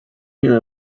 here